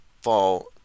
fall